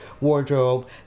wardrobe